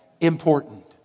important